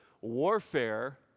warfare